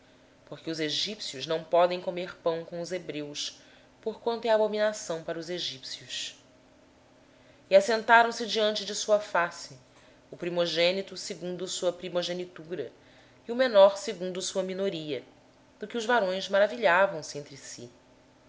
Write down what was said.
porque os egípcios não podiam comer com os hebreus porquanto é isso abominação aos egípcios sentaram-se diante dele o primogênito segundo a sua primogenitura e o menor segundo a sua menoridade do que os homens se maravilhavam entre si